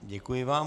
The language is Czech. Děkuji vám.